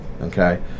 Okay